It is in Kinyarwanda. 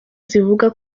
zivuga